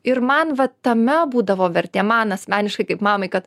ir man va tame būdavo vertė man asmeniškai kaip mamai kad